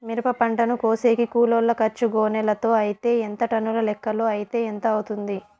మిరప పంటను కోసేకి కూలోల్ల ఖర్చు గోనెలతో అయితే ఎంత టన్నుల లెక్కలో అయితే ఎంత అవుతుంది?